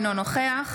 אינו נוכח